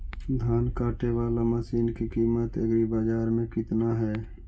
धान काटे बाला मशिन के किमत एग्रीबाजार मे कितना है?